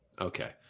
Okay